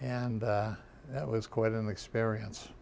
and that was quite an experience